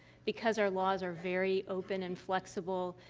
because our laws are very open and flexible,